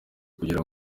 kugira